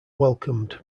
welcomed